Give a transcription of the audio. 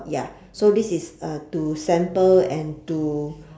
ya so this is uh to sample and to